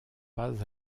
pas